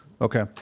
Okay